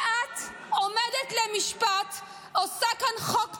ואת עומדת למשפט ועושה כאן חוק פרסונלי,